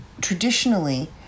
traditionally